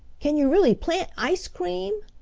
can you really plant ice cream?